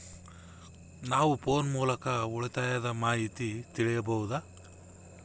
ನಾವು ಫೋನ್ ಮೂಲಕ ಉಳಿತಾಯದ ಮಾಹಿತಿ ತಿಳಿಯಬಹುದಾ?